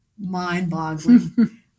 mind-boggling